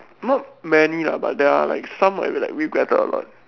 not many lah but there are like some I like regretted a lot